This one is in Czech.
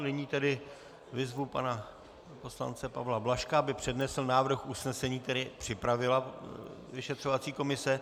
Nyní tedy vyzvu pana poslance Pavla Blažka, aby přednesl návrh usnesení, který připravila vyšetřovací komise.